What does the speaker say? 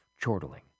chortling